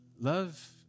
Love